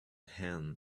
hand